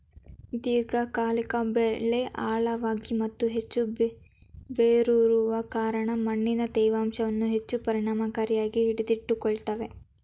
ದೀರ್ಘಕಾಲಿಕ ಬೆಳೆ ಆಳವಾಗಿ ಮತ್ತು ಹೆಚ್ಚು ಬೇರೂರುವ ಕಾರಣ ಮಣ್ಣಿನ ತೇವಾಂಶವನ್ನು ಹೆಚ್ಚು ಪರಿಣಾಮಕಾರಿಯಾಗಿ ಹಿಡಿದಿಟ್ಟುಕೊಳ್ತವೆ